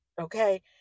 Okay